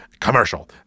Commercial